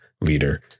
leader